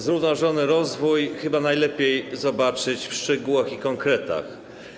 Zrównoważony rozwój chyba najlepiej zobaczyć w szczegółach i konkretach.